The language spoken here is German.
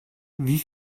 wie